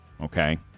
Okay